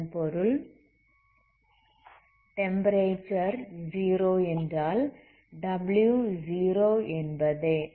இதன் பொருள் டெம்ப்பரேச்சர் 0 என்றால் w 0 என்பதே